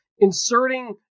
Inserting